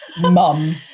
mum